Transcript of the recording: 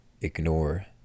ignore